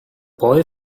boy